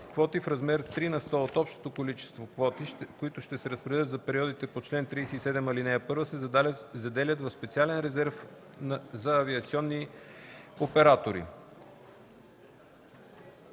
Квоти в размер три на сто от общото количество квоти, които ще се разпределят за периодите по чл. 37, ал. 1, се заделят в специален резерв за авиационни оператори: